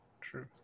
True